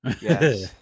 Yes